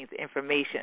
information